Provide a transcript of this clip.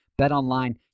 BetOnline